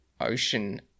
ocean